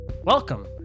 Welcome